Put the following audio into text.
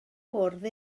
bwrdd